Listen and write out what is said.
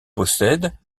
possède